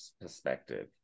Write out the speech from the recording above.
perspective